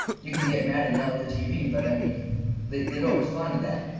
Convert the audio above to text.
you can get mad and yell at the tv, but i mean they they don't respond to that.